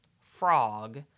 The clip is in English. frog